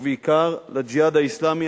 ובעיקר ל"ג'יהאד האסלאמי",